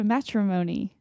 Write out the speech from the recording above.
Matrimony